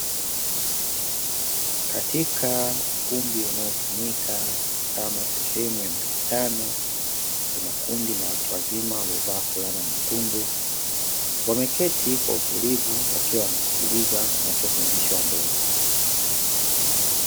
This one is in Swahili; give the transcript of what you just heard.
Katika ukumbi unao tumika kama sehemu ya mikutano, kuna kundi la watu wazima waliovaa fulana nyekundu wameketi kwa utulivu wakiwa wanasikiliza wanachofundishwa mbele.